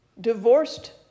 divorced